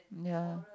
ya